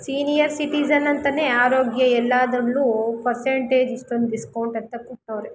senior citizen ಅಂತಲೇ ಆರೋಗ್ಯ ಎಲ್ಲದರಲ್ಲೂ ಪರ್ಸೆಂಟೇಜ್ ಇಷ್ಟೊಂದು ಡಿಸ್ಕೌಂಟ್ ಅಂತ ಕೊಟ್ಟವರೆ